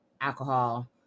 alcohol